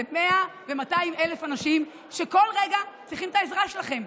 זה 100,000 ו-200,000 אנשים שכל רגע צריכים את העזרה שלכם.